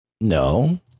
No